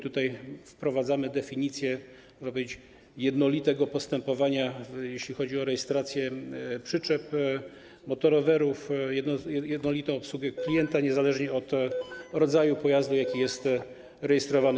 Tutaj wprowadzamy definicję, można powiedzieć, jednolitego postępowania, jeśli chodzi o rejestrację przyczep, motorowerów, jednolitą obsługę klienta, niezależnie od rodzaju pojazdu, jaki jest rejestrowany.